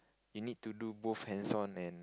you need to do both hands on and